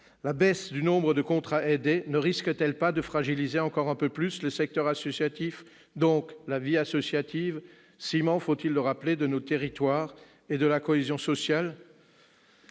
La baisse du nombre de contrats aidés ne risque-t-elle pas de fragiliser encore un peu plus le secteur associatif, donc la vie associative, ciment- faut-il le rappeler ? -de nos territoires et de la cohésion sociale ?